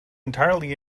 entirely